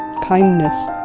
kindness,